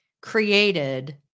created